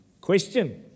Question